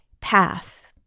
path